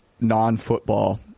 non-football